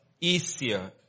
easier